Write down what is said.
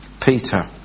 Peter